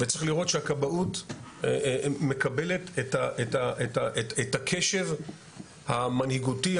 וצריך לראות שהכבאות מקבלת את הקשב המנהיגותי,